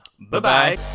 Bye-bye